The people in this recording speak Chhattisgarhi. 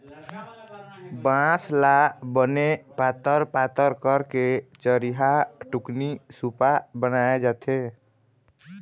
बांस ल बने पातर पातर करके चरिहा, टुकनी, सुपा बनाए जाथे